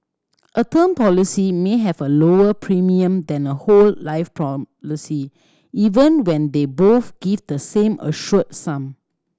a term policy may have a lower premium than a whole life policy even when they both give the same assured sum